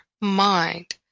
mind